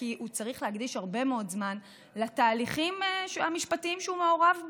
וכי הוא צריך להקדיש הרבה מאוד זמן לתהליכים המשפטיים שהוא מעורב בהם.